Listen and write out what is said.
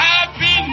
Happy